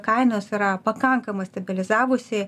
kainos yra pakankamai stabilizavusi